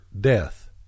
death